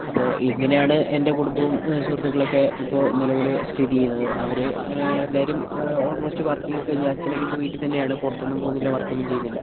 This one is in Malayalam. അപ്പോൾ ഇനങ്ങനെയാണ് എൻ്റെ കുടുംബവും സുഹൃത്തുക്കളൊക്കെ ഇപ്പോൾ നിലവിൽ സ്ഥിതി ചെയ്യുന്നത് അവർ എല്ലാവരും ഓൾമോസ്റ്റ് വർക്കിങ് ഒക്കെ കഴിഞ്ഞു അച്ഛനൊക്കെ ഇപ്പോൾ വീട്ടിൽത്തന്നെയാണ് പുറത്തൊന്നും പോകുന്നില്ല വർക്കൊന്നും ചെയ്യുന്നില്ല